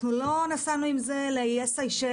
אנחנו לא נסענו עם זה לאיי סיישל.